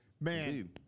Man